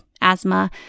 asthma